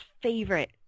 favorite